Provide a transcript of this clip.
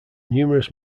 numerous